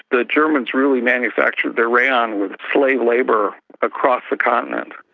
the germans really manufactured their rayon with slave labour across the continent.